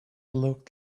looked